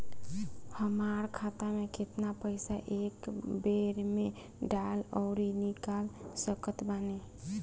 हमार खाता मे केतना पईसा एक बेर मे डाल आऊर निकाल सकत बानी?